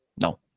No